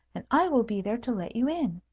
and i will be there to let you in.